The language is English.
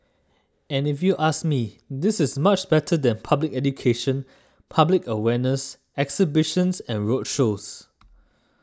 and if you ask me this is much better than public education public awareness exhibitions and roadshows